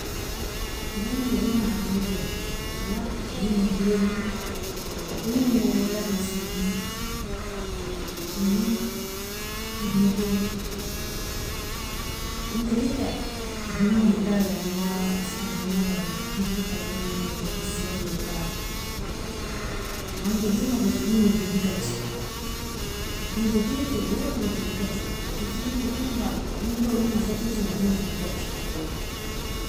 Filim gedimga hadriru gena, mina uuin irbirelin uuin inga owalak nasinin, uuin fehmetolin, Lakin jedidta fehmimou hikalagringa, eskkirbimo tarigtan hikir tarinane messilafieka, man gedim uga gedimga jilikach, i lakin jedidi weak uga jilikachimu, lakin film gedim uga unde uuin iisha fishinga ken jilikachi.